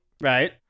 Right